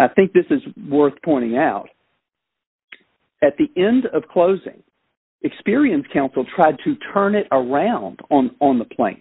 i think this is worth pointing out at the end of closing experience council tried to turn it around on on the plank